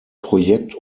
projekt